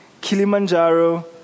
Kilimanjaro